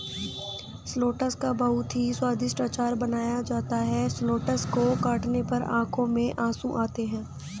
shallots का बहुत ही स्वादिष्ट अचार बनाया जाता है शैलोट्स को काटने पर आंखों में आंसू आते हैं